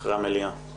אחרי המליאה.